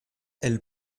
elle